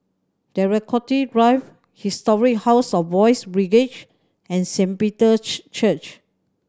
Draycott Drive Historic House of Boys' Brigade and Saint Peter's Church